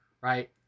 Right